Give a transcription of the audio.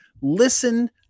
listen